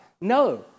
No